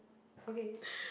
okay